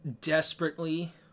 desperately